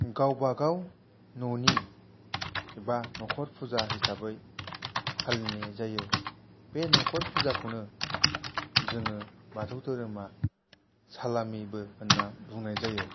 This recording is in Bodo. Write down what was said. गावबागाव न'नि एबा न'खर फुजा हिसाबै फालिनाय जायो बे नखर फुजाखौनो जोङो बाथौ धोरोमा सालामिबो होनना बुंनाय जायो